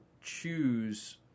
choose